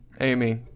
Amy